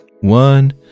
one